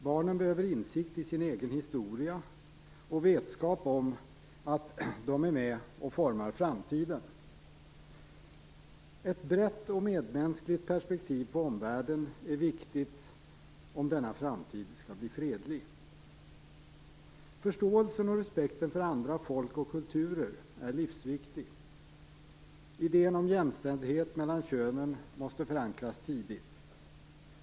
Barnen behöver insikt i sin egen historia och vetskap om att de är med och formar framtiden. Ett brett och medmänskligt perspektiv på omvärlden är viktigt om denna framtid skall bli fredlig. Förståelsen och respekten för andra folk och kulturer är livsviktig. Idén om jämställdhet mellan könen måste förankras tidigt.